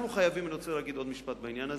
חייבים, אני רוצה להגיד עוד משפט בעניין הזה,